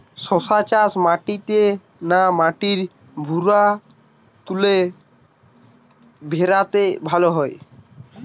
শশা চাষ মাটিতে না মাটির ভুরাতুলে ভেরাতে ভালো হয়?